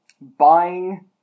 buying